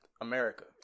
America